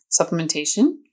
supplementation